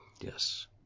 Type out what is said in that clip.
Yes